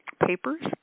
papers